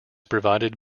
provided